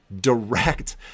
direct